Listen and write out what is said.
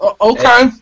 Okay